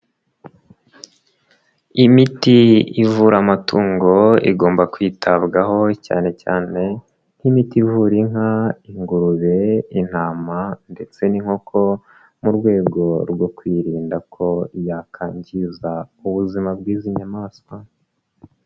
Imiti ivura amatungo igomba kwitabwaho cyane cyane nk'imiti ivura inka, ingurube, intama ndetse n'inkoko mu rwego rwo kwirinda ko yakangiza ubuzima bw'izi nyamaswa.